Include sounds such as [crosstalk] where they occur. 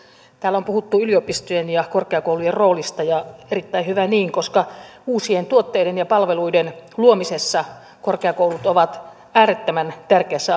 täällä on puhuttu yliopistojen ja korkeakoulujen roolista ja erittäin hyvä niin koska uusien tuotteiden ja palveluiden luomisessa korkeakoulut ovat äärettömän tärkeässä [unintelligible]